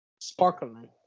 sparkling